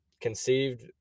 conceived